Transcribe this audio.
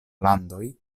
landoj